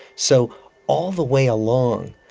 so all the way along,